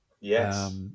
Yes